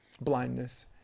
blindness